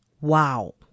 Wow